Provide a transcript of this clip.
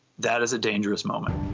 that is a dangerous moment.